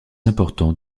importants